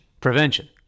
Prevention